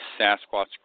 Sasquatch